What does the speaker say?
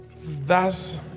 Thus